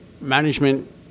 management